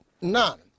none